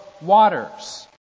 waters